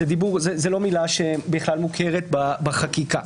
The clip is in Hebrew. זאת לא מילה שבכלל מוכרת בחקיקה.